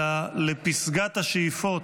אלא לפסגת השאיפות,